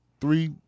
three